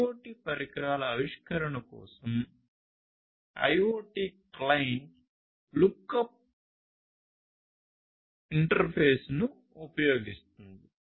IoT పరికరాల ఆవిష్కరణ కోసం IoT క్లయింట్ లుక్అప్ ఇంటర్ఫేస్ను ఉపయోగిస్తుంది